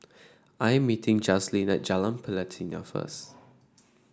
I am meeting Jazlene at Jalan Pelatina first